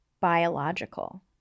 biological